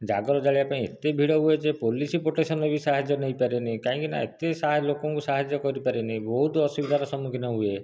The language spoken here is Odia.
ଜାଗର ଜାଳିବା ପାଇଁ ଏତେ ଭିଡ଼ ହୁଏ ଯେ ପୋଲିସ ପ୍ରୋଟେକ୍ସନର ବି ସାହାଯ୍ୟ ନେଇପାରେନି କାହିଁକିନା ଏତେ ସାରା ଲୋକଙ୍କୁ ସାହାଯ୍ୟ କରିପାରେନି ବହୁତ ଅସୁବିଧା ର ସମ୍ମୁଖୀନ ହୁଏ